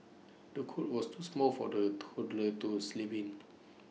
the cot was too small for the toddler to sleep in